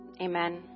Amen